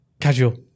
casual